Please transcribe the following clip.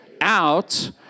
out